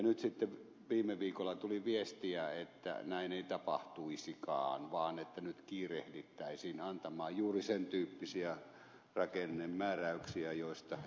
nyt sitten viime viikolla tuli viestiä että näin ei tapahtuisikaan vaan että nyt kiirehdittäisiin antamaan juuri sen tyyppisiä rakennemääräyksiä joista ed